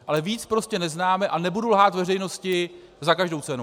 Ale víc prostě neznáme a nebudu lhát veřejnosti za každou cenu.